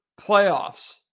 playoffs